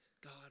God